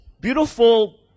beautiful